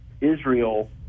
israel